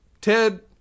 Ted